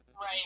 right